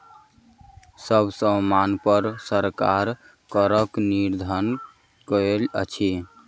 सब सामानपर सरकार करक निर्धारण कयने अछि